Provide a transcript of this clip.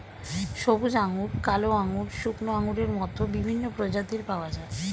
সবুজ আঙ্গুর, কালো আঙ্গুর, শুকনো আঙ্গুরের মত বিভিন্ন প্রজাতির পাওয়া যায়